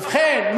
ובכן,